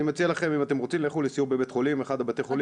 אני מציע לכם אם אתם רוצים לכו לסיור באחד מבתי החולים,